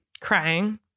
Crying